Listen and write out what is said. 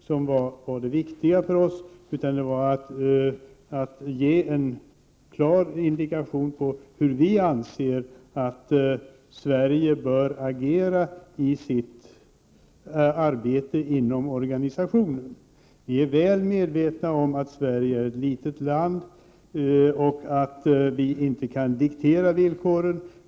som var det viktiga för oss, utan det var att ge en klar anvisning om hur vi anser att Sverige bör agera i sitt arbete inom organisationen. Vi är väl medvetna om att Sverige är ett litet land och att vi inte kan diktera villkoren.